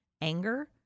anger